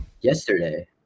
Yesterday